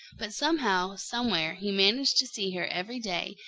but somehow, somewhere, he managed to see her every day,